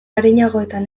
arinagoetan